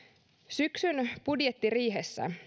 syksyn kaksituhattakaksikymmentä budjettiriihessä